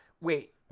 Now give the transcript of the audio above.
Wait